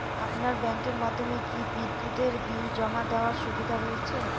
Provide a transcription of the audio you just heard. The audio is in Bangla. আপনার ব্যাংকের মাধ্যমে কি বিদ্যুতের বিল জমা দেওয়ার সুবিধা রয়েছে?